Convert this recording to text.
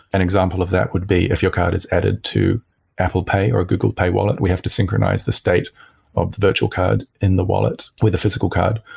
an example of that would be if your card is added to apple pay or google pay wallet, we have to synchronize the state of the virtual card in the wallet with the physical card.